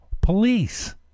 police